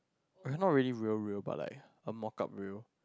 okay not really real real but like a mock up real